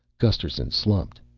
gusterson slumped.